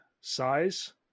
size